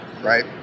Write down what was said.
right